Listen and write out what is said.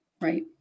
Right